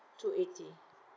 two eighty